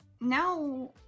now